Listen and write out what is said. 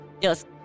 Yes